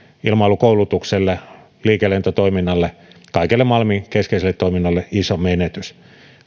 ilmailukoulutukselle liikelentotoiminnalle kaikelle malmin keskeiselle toiminnalle iso menetys